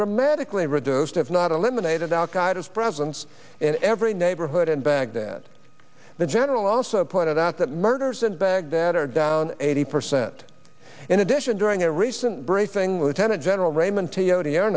dramatically reduced if not eliminated outsiders presence in every neighborhood in baghdad the general also pointed out that murders in baghdad are down eighty percent in addition during a recent briefing lieutenant general raymond